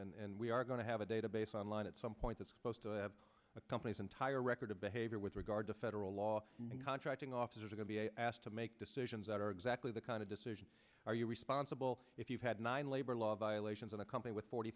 and we are going to have a database online at some point that's supposed to have a company's entire record of behavior with regard to federal law and contracting officers are going to be asked to make decisions that are exactly the kind of decisions are you responsible if you've had nine labor law violations in a company with forty